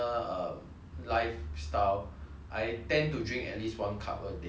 lifestyle I tend to drink at least one cup a day but I think